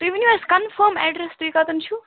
تۄہہِ ؤنِو حظ کنفٲم ایڈرس تُہۍ کَتَن چھُو